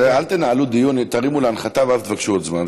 אל תנהלו דיון, תרימו להנחתה ואז תבקשו עוד זמן.